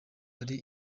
ari